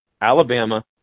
Alabama